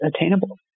attainable